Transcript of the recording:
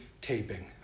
taping